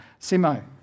Simo